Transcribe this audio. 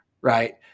right